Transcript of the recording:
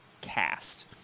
cast